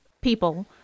people